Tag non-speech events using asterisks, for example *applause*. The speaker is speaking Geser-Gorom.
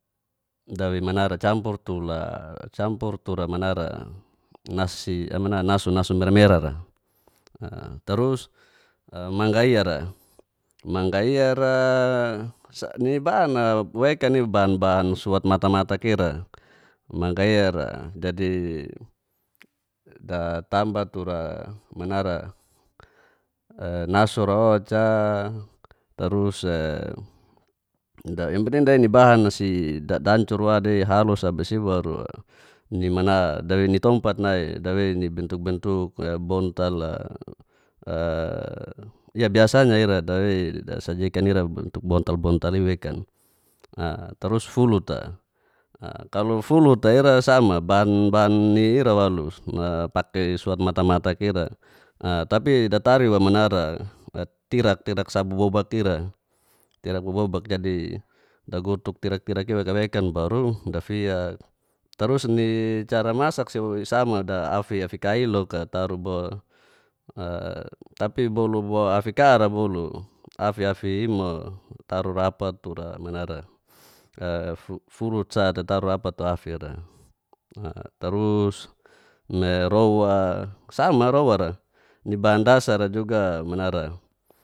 Dawei manara *hesitation* capur tura manara *hesitation* nasu mera-merara'ra tarus manggaira. Manggaira ni bahan'a wekan ibahan-bahan suat metamatak ira manggaira dadi datamba tura manara nasura o'ca tarus *hesitation* yang penting dai nibahana sidancur wa deihalus absi'o baru dei nitompat nai dawei nibentuk-bentuk bontali'a bias ira dasajikan bentuk bontal-bontal'i wekan, tarus fulut'a kalo fulutai'ra sama bahan-bahan ira walo paki suat mata-mata ira *hesitation* tapi datarui wa manara tirak sa bobobak ira tirak bobobak jadi dagutuk tirak-tirak'i weka-wekan, baru dafiak tarus ni cara masak sisasam da'ai, afi kai iloka taru no tapi bolu afi kara bolu afi-afi'i mo, taru rapat furut sa te, taru rapat tura afira tarua me rou'wa sama rowara nibahan dasar'a juga manara